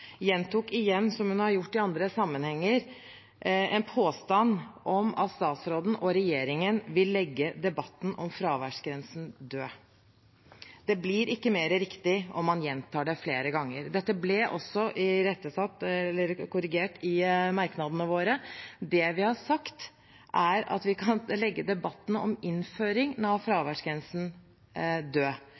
gjentok, som hun har gjort i andre sammenhenger, en påstand om at statsråden og regjeringen vil legge debatten om fraværsgrensen død. Det blir ikke mer riktig om man gjentar det flere ganger. Dette ble også korrigert i merknadene våre. Det vi har sagt, er at vi kan legge debatten om innføring av fraværsgrensen